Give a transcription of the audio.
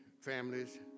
families